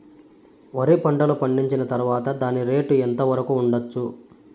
వరి పంటలు పండించిన తర్వాత దాని రేటు ఎంత వరకు ఉండచ్చు